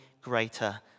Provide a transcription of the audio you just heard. greater